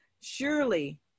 Surely